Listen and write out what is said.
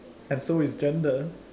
and so is gender